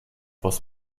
was